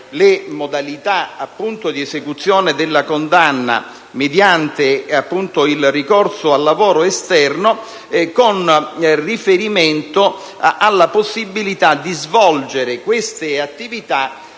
le modalità di esecuzione della condanna mediante il ricorso al lavoro esterno, con riferimento alla possibilità di svolgere queste attività